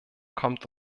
kommt